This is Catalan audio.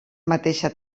mateixa